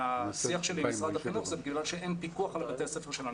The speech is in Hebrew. והשיח שלי עם משרד החינוך זה בגלל שאין פיקוח על בתי הספר שלנו.